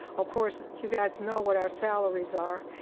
of course, you guys know what our salaries are,